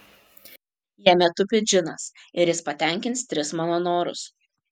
jame tupi džinas ir jis patenkins tris mano norus